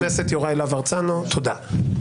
חבר הכנסת יוראי להב הרצנו, תודה.